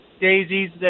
daisies